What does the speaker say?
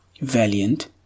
valiant